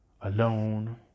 alone